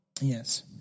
Yes